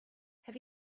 have